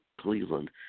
Cleveland